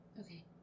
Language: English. Okay